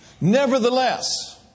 Nevertheless